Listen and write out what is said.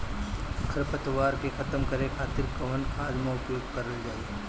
खर पतवार के खतम करे खातिर कवन खाद के उपयोग करल जाई?